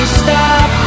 stop